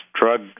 drug